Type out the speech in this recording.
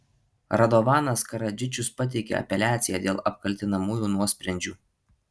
radovanas karadžičius pateikė apeliaciją dėl apkaltinamųjų nuosprendžių